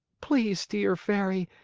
please dear fairy,